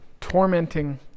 tormenting